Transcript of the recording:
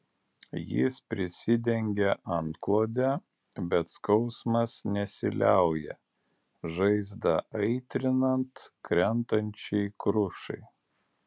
jis prisidengia antklode bet skausmas nesiliauja žaizdą aitrinant krentančiai krušai